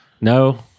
No